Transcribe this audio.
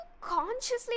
consciously